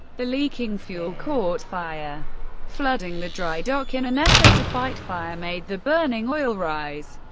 the leaking fuel caught fire flooding the dry dock in an effort to fight fire made the burning oil rise,